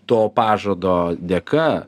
to pažado dėka